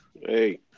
Hey